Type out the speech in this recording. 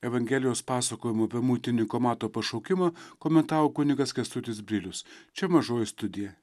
evangelijos pasakojimo apie muitininko mato pašaukimą komentavo kunigas kęstutis brilius čia mažoji studija